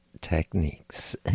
techniques